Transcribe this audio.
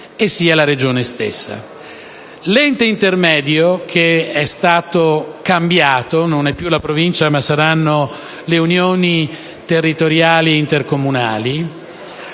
L'ente intermedio, che è stato cambiato - non è più la Provincia ma saranno le Unioni territoriali intercomunali